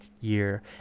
year